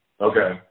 Okay